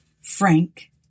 frank